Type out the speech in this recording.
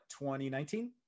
2019